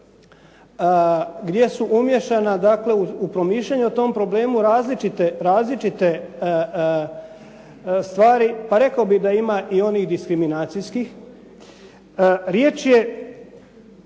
gdje su umiješana, dakle u promišljanja o tom problemu različite stvari, pa rekao bih da ima i onih diskriminacijskih. Riječ je